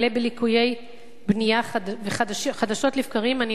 מלא ליקויי בנייה וחדשות לבקרים אני